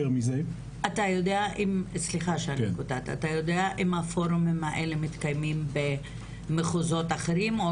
אתה יודע אם הפורמים האלה מתקיימים במחוזות אחרים?